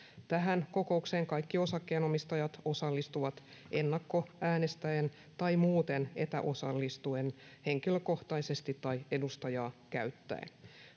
tähän kokoukseen kaikki osakkeenomistajat osallistuvat ennakkoäänestäen tai muuten etäosallistuen henkilökohtaisesti tai edustajaa käyttäen